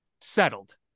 settled